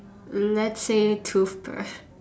let's say toothbrush